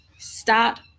Start